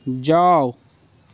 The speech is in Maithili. जाउ